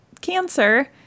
cancer